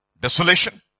Desolation